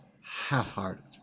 half-hearted